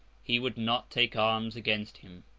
he would not take arms against him.